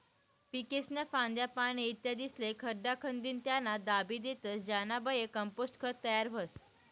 पीकेस्न्या फांद्या, पाने, इत्यादिस्ले खड्डा खंदीन त्यामा दाबी देतस ज्यानाबये कंपोस्ट खत तयार व्हस